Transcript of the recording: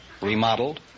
remodeled